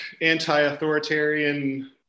anti-authoritarian